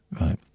right